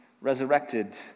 resurrected